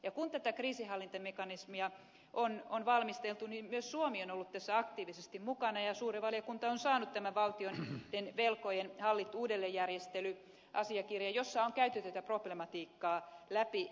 kun tätä kriisinhallintamekanismia on valmisteltu myös suomi on ollut tässä aktiivisesti mukana ja suuri valiokunta on saanut tämän valtioiden velkojen hallittu uudelleenjärjestely asiakirjan jossa on käyty tätä problematiikkaa läpi